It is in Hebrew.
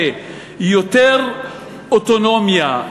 שיותר אוטונומיה,